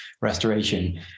restoration